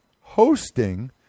hosting